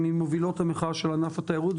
ממובילות המחאה של ענף התיירות,